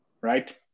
Right